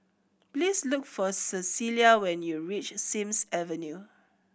please look for Cecelia when you reach Sims Avenue